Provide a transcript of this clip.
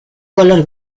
color